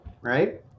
right